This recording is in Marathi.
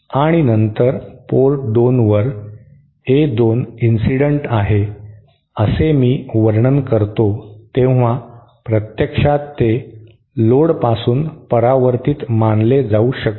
आणि नंतर पोर्ट 2 वर A 2 इन्सिडेंट आहे जसे मी वर्णन करतो तेव्हा प्रत्यक्षात ते लोड पासून परावर्तीत मानले जाऊ शकते